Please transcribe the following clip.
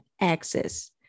access